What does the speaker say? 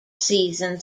season